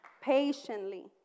Patiently